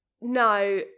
No